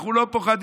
אנחנו לא פוחדים.